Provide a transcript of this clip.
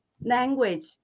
language